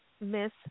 Miss